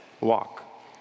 walk